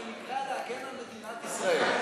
זה נקרא להגן על מדינת ישראל.